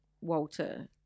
Walter